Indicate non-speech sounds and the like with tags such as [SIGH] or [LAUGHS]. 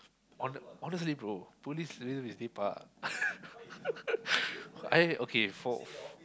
honest~ honestly bro police little bit lepak [LAUGHS] I okay for